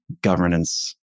governance